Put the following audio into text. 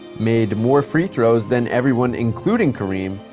made more free throws than everyone including kareem,